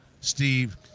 Steve